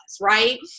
right